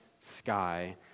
sky